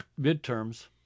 midterms